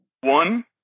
One